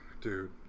dude